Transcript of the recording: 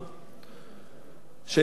תחת תופעת המסתננים.